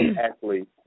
athlete